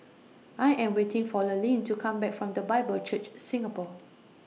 I Am waiting For Lurline to Come Back from The Bible Church Singapore